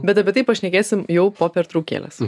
bet apie tai pašnekėsime jau po pertraukėlės